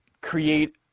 create